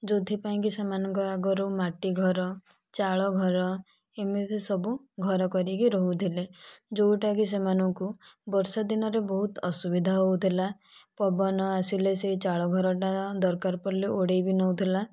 ଯେଉଁଥି ପାଇଁ କି ସେମାନଙ୍କ ଆଗରୁ ମାଟି ଘର ଚାଳ ଘର ଏମିତି ସବୁ ଘର କରିକି ରହୁଥିଲେ ଯେଉଁଟା କି ସେମାନଙ୍କୁ ବର୍ଷା ଦିନରେ ବହୁତ ଅସୁବିଧା ହେଉଥିଲା ପବନ ଆସିଲେ ସେହି ଚାଳ ଘରଟା ଦରକାର ପଡ଼ିଲେ ଉଡ଼େଇ ବି ନଉଥିଲା